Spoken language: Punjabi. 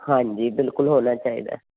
ਹਾਂਜੀ ਬਿਲਕੁਲ ਹੋਣਾ ਚਾਹੀਦਾ